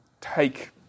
take